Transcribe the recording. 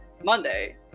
monday